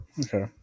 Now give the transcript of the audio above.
Okay